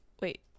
wait